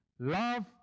Love